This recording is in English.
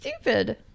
stupid